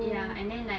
ya and then like